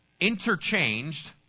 interchanged